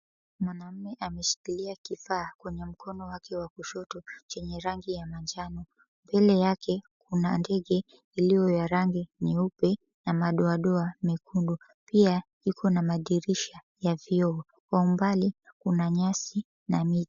Mwanamume ameshikilia kifaa kwenye mkono wake wa kushoto chenye rangi ya manjano, mbele yake kuna ndege iliyo ya rangi nyeupe na madoadoa mekundu, pia iko na madirisha ya vioo, kwa umbali kuna nyasi na miti.